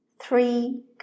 three